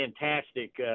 fantastic